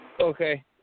Okay